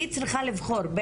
היא צריכה לבחור,